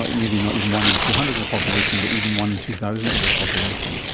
but maybe not even one in two hundred of the population but even one in two thousand of the population?